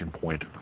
point